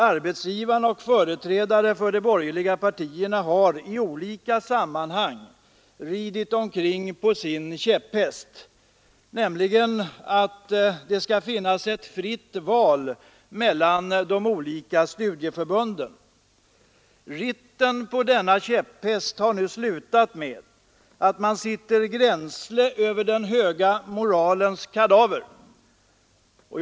Arbetsgivarna och företrädare för de borgerliga partierna har i olika sammanhang ridit omkring på sin käpphäst, nämligen att det skall finnas ett fritt val mellan de olika studieförbunden. Ritten på denna käpphäst har nu slutat med att man sitter grensle över den höga moralens kadaver.